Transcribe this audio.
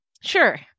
Sure